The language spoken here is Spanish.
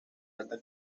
alta